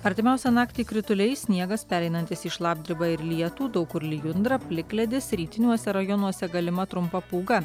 artimiausią naktį krituliai sniegas pereinantis į šlapdribą ir lietų daug kur lijundra plikledis rytiniuose rajonuose galima trumpa pūga